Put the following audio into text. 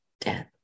death